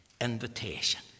invitation